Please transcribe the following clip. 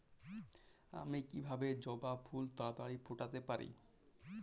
আমি কিভাবে জবা ফুল তাড়াতাড়ি ফোটাতে পারি?